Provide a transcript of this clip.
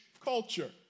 culture